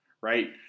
right